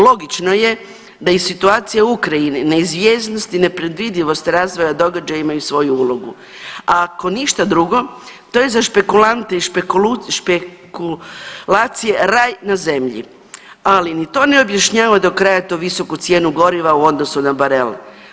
Logično je da je i situacija u Ukrajini, neizvjesnost i nepredvidivost razvoja događaja imaju svoju ulogu, a ako ništa drugo to je za špekulante i špekulacije raj na zemlji, ali ni to ne objašnjava do kraja tu visoku cijenu goriva u odnosu na barel.